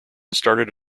started